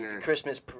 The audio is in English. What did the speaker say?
Christmas